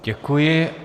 Děkuji.